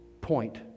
Point